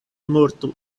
mortu